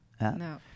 No